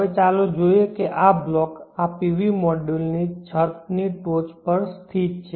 હવે ચાલો જોઈએ કે આ બ્લોક આ PV મોડ્યુલ્સ છતની ટોચ પર સ્થિત છે